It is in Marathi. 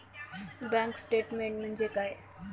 बँक स्टेटमेन्ट म्हणजे काय?